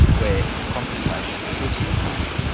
where compensation should be paid,